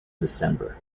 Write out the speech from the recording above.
december